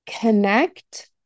connect